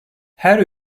her